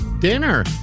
dinner